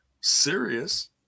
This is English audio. Serious